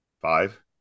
Five